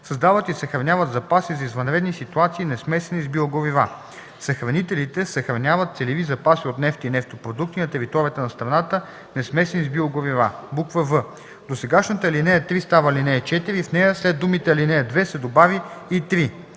създават и съхраняват запаси за извънредни ситуации, несмесени с биогорива. Съхранителите съхраняват целеви запаси от нефт и нефтопродукти на територията на страната, несмесени с биогорива.”; в) досегашната ал. 3 става ал. 4 и в нея след думите „ал. 2” се добавя „и 3”;